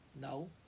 No